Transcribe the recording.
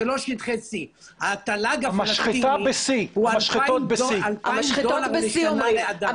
זה לא שטחי C. התל"ג הפלסטיני הוא 2,000 דולר בשנה לאדם,